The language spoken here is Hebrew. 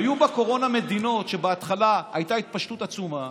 היו בקורונה מדינות שבהתחלה הייתה בהן התפשטות עצומה,